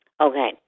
Okay